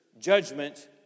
judgment